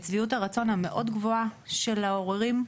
שביעות הרצון המאוד גבוהה של העוררים.